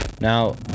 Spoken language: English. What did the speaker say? Now